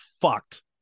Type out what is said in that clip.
fucked